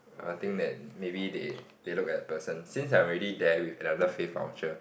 I'll think that maybe they they look at the person since I'm already there with another fare voucher